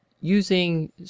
using